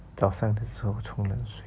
早上的时候冲冷水